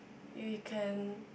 we can